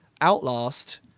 Outlast